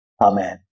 Amen